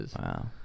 Wow